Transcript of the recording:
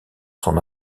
son